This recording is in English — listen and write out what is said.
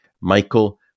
Michael